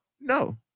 no